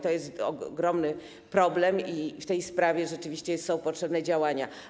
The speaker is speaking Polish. To jest ogromny problem i w tej sprawie rzeczywiście są potrzebne działania.